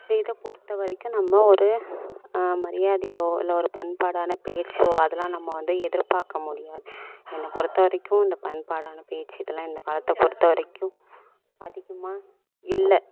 இந்த இதை பொறுத்த வரைக்கும் நம்ம ஒரு மரியாதையோ இல்லை ஒரு பண்பாடான பேச்சோ அது எல்லாம் நம்ம வந்து எதிர்பார்க்க முடியாது என்ன பொறுத்த வரைக்கும் இந்த பண்பாடான பேச்சு இது எல்லாம் இந்த காலத்தை பொறுத்த வரைக்கும் அதிகமாக இல்லை